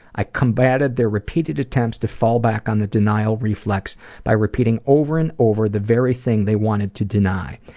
i combatted their repeated attempts to fall back on the denial reflex by repeating over and over the very thing they wanted to deny.